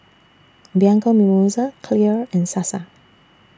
Bianco Mimosa Clear and Sasa